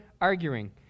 arguing